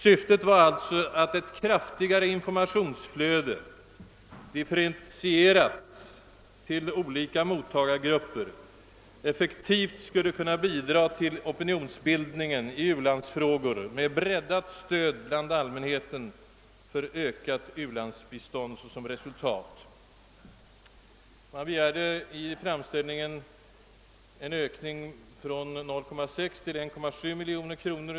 Tanken var att ett kraftigare informationsflöde, differentierat bland annat efter mottagargrupper, effektivt skulle bidra till opinionsbildningen i u-landsfrågor med breddat stöd bland allmänheten för ökat u-landsbistånd som re sultat. Enligt SIDA:s framställning skulle informationsanslaget ökas från 0,6 till 1,7 miljoner kronor.